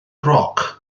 roc